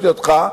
לשיטתך,